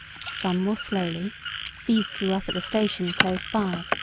some more slowly these drew up at the station close by,